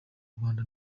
rwanda